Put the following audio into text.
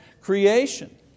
creation